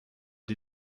die